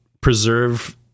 preserve